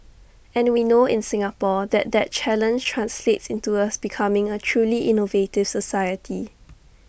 and we know in Singapore that that challenge translates into us becoming A truly innovative society